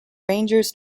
rangers